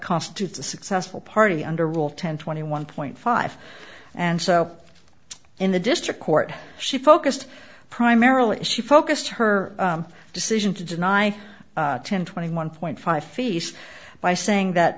constitutes a successful party under rule ten twenty one point five and so in the district court she focused primarily she focused her decision to deny ten twenty one point five fees by saying